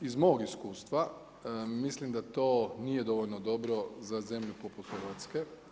Iz mog iskustva mislim da to nije dovoljno dobro za zemlju poput Hrvatske.